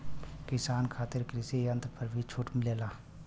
किसान खातिर कृषि यंत्र पर भी छूट मिलेला?